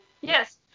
Yes